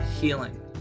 healing